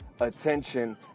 attention